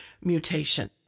mutation